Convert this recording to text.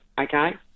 Okay